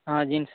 ହଁ ଜିନ୍ସ